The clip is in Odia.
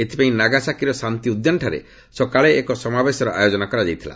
ଏଥିପାଇଁ ନାଗାସାକିର ଶାନ୍ତି ଉଦ୍ୟାନଠାରେ ସକାଳେ ଏକ ସମାବେଶର ଆୟୋଜନ କରାଯାଇଛି